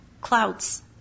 Clouds